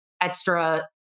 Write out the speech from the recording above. extra